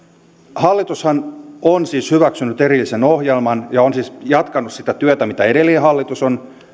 hallitushan on siis hyväksynyt erillisen ohjelman ja on siis jatkanut sitä työtä mitä edellinen hallitus on